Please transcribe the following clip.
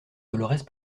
dolorès